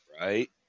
Right